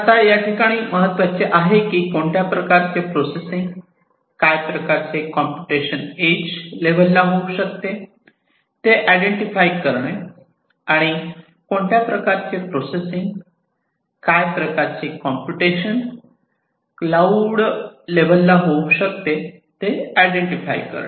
आता या ठिकाणी महत्त्वाचे आहे की कोणत्या प्रकारचे प्रोसेसिंग काय प्रकार चे कॉम्प्युटेशन एज लेवल ला होऊ शकते ते इडेंटिफाय करणे आणि कोणत्या प्रकारचे प्रोसेसिंग काय प्रकार चे कॉम्प्युटेशन क्लाऊड लेवल ला होऊ शकते ते इडेंटिफाय करणे